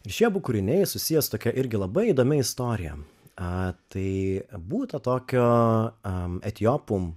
ir šie abu kūriniai susiję su tokia irgi labai įdomia istorija tai būta tokio etiopų